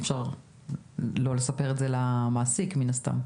אי אפשר לא לספר את זה למעסיק מן הסתם.